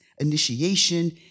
initiation